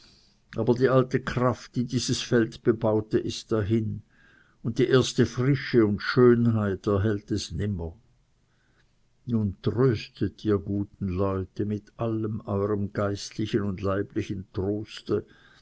aber die alte kraft die dieses feld bebaute ist dahin und die erste frische und schönheit erhält es nimmer nun tröstet ihr guten leute mit allem eurem geistlichen und leiblichen troste